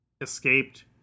escaped